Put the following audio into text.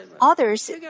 others